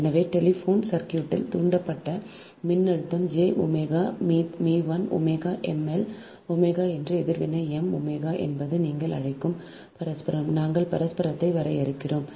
எனவே டெலிபோன் சர்க்யூட்டில் தூண்டப்பட்ட மின்னழுத்தம் j ஒமேகா மீ I omega m L omega என்பது எதிர்வினை m ஒமேகா என்பது நீங்கள் அழைக்கும் பரஸ்பரம் நாங்கள் பரஸ்பரத்தை வரையறுக்கிறோம்